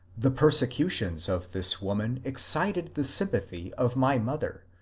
the per secutions of this woman excited the sympathy of my mother,